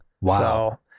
Wow